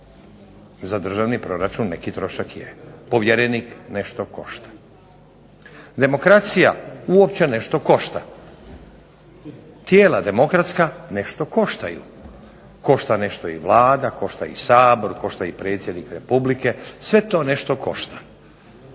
za državni proračun, neki trošak je povjerenik nešto košta. Demokracija uopće nešto košta, tijela demokratska nešto koštaju, košta nešto i Vlada, košta i Sabor, košta i predsjednik Republike, sve to nešto košta.